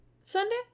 Sunday